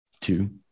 Two